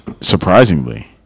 surprisingly